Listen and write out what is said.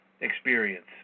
experience